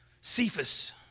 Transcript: Cephas